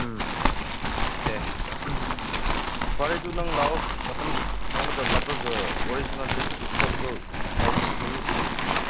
ꯎꯝ ꯑꯦ ꯐꯔꯦ ꯑꯗꯨ ꯅꯪ ꯂꯥꯛꯑꯣ ꯃꯇꯝꯁꯦ ꯁꯪꯕꯗ ꯂꯥꯛꯂꯒ ꯋꯥꯔꯤ ꯁꯥꯟꯅꯁꯦ ꯄꯣꯠꯇꯣ ꯅꯨꯃꯤꯠꯇꯒꯤ ꯑ